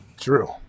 True